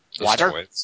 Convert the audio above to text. water